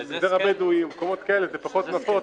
במגזר הבדואי ובמקומות כאלה זה פחות נפוץ